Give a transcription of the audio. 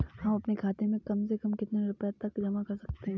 हम अपने खाते में कम से कम कितने रुपये तक जमा कर सकते हैं?